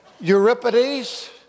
Euripides